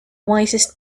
wisest